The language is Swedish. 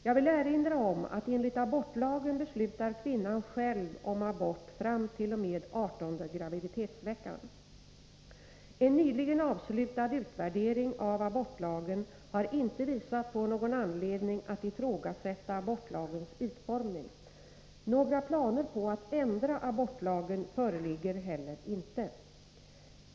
Jag vill erinra om att enligt abortlagen beslutar kvinnan själv om abort t.o.m. 18:e graviditetsveckan. En nyligen avslutad utvärdering av abortlagen har inte visat på någon anledning att ifrågasätta abortlagens utformning. Några planer på att ändra abortlagen föreligger heller inte.